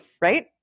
Right